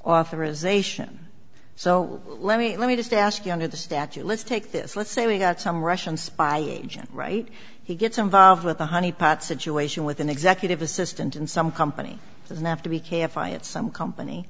authorization so let me let me just ask you under the statute let's take this let's say we got some russian spy agent right he gets involved with a honeypot situation with an executive assistant in some company doesn't have to be careful i it some company